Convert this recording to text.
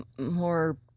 more